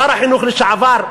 שר החינוך לשעבר,